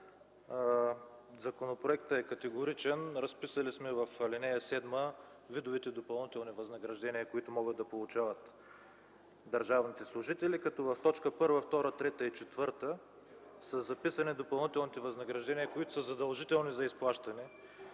Законопроектът е категоричен. В ал. 7 сме разписали видовете допълнителни възнаграждения, които могат да получават държавните служители, като в точки 1, 2, 3 и 4 са записани допълнителните възнаграждения, които са задължителни за изплащане